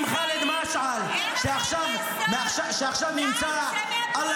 אם ח'אלד משעל --- הם אחראיים.